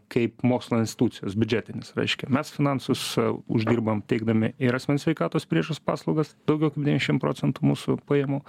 kaip mokslo institucijos biudžetinis reiškia mes finansus uždirbam teikdami ir asmens sveikatos priežiūros paslaugas daugiau kaip devyniasdešim procentų mūsų pajamų